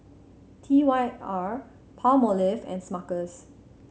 T Y R Palmolive and Smuckers